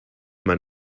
man